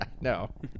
No